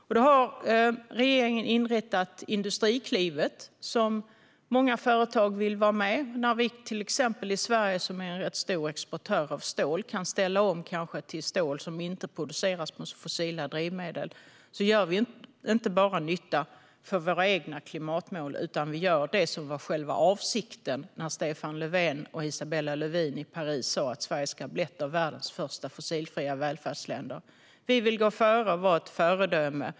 Regeringen har därför inrättat Industriklivet, som många företag vill vara med i. Sverige, som är en rätt stor exportör av till exempel stål, kan då ställa om till stål som inte produceras med hjälp av fossila drivmedel. Då gör vi inte bara nytta för våra egna klimatmål, utan vi gör det som var själva avsikten när Stefan Löfven och Isabella Lövin i Paris sa att Sverige ska bli ett av världens första fossilfria välfärdsländer. Vi vill gå före och vara ett föredöme.